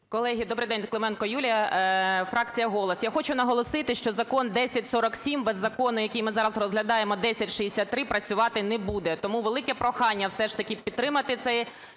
Колеги, добрий день! Клименко Юлія, фракція "Голос". Я хочу наголосити, що закон 1047 без закону, який ми зараз розглядаємо, 1063, працювати не буде. Тому велике прохання все ж таки підтримати цей